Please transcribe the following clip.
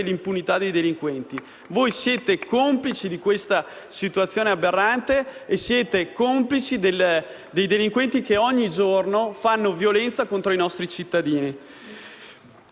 Gruppo LN-Aut)*. Voi siete complici di questa situazione aberrante e siete complici dei delinquenti che ogni giorno fanno violenza contro i nostri cittadini.